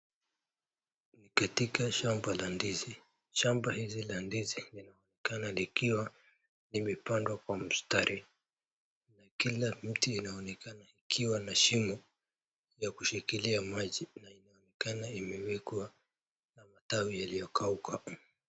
Ni katika shamba la ndizi shamba hizi la ndizi linaonekana likiwa limepandwa kwa mstari na kila mti inaonekana ikiwa na shimo ya kushikilia maji na inaonekana imewekwa na matawi yaliyokauka.